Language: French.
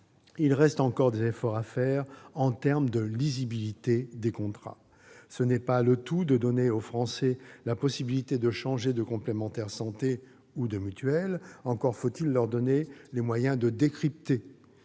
il reste encore des efforts à faire en termes de lisibilité des contrats. Ce n'est pas tout de donner aux Français la possibilité de changer de complémentaire santé ou de mutuelle ; encore faut-il leur donner les moyens de décrypter